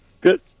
Good